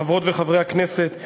חברות וחברי הכנסת,